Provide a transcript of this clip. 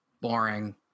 boring